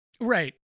Right